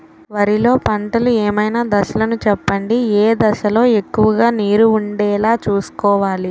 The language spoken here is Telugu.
వరిలో పంటలు ఏమైన దశ లను చెప్పండి? ఏ దశ లొ ఎక్కువుగా నీరు వుండేలా చుస్కోవలి?